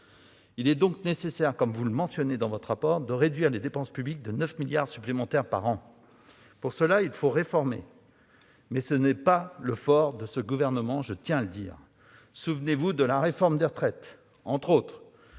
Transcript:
Il est donc nécessaire, comme vous le mentionnez, de réduire les dépenses publiques de 9 milliards d'euros supplémentaires par an. Pour ce faire, il faut réformer, mais ce n'est pas le fort de ce gouvernement- je tiens à le dire. Souvenez-vous de la réforme des retraites, entre autres